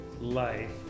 life